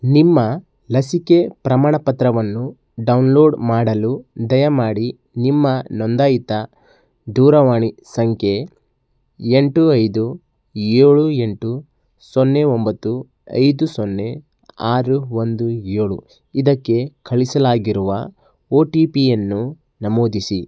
ನಿಮ್ಮ ಲಸಿಕೆ ಪ್ರಮಾಣ ಪತ್ರವನ್ನು ಡೌನ್ಲೋಡ್ ಮಾಡಲು ದಯಮಾಡಿ ನಿಮ್ಮ ನೋಂದಾಯಿತ ದೂರವಾಣಿ ಸಂಖ್ಯೆ ಎಂಟು ಐದು ಏಳು ಎಂಟು ಸೊನ್ನೆ ಒಂಬತ್ತು ಐದು ಸೊನ್ನೆ ಆರು ಒಂದು ಏಳು ಇದಕ್ಕೆ ಕಳಿಸಲಾಗಿರುವ ಓ ಟಿ ಪಿಯನ್ನು ನಮೂದಿಸಿ